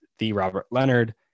therobertleonard